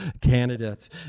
candidates